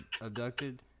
abducted